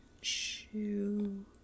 Shoe